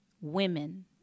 women